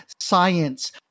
science